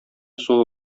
суы